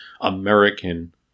american